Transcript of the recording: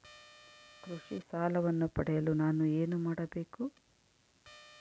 ಕೃಷಿ ಸಾಲವನ್ನು ಪಡೆಯಲು ನಾನು ಏನು ಮಾಡಬೇಕು?